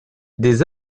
des